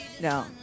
No